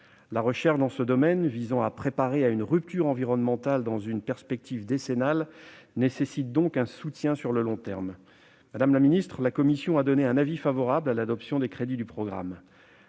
La recherche dans ce domaine, qui vise à préparer une rupture environnementale dans une perspective décennale, nécessite un soutien sur le long terme. Madame la ministre, la commission a émis un avis favorable sur les crédits du programme